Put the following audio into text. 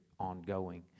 ongoing